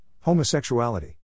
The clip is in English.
homosexuality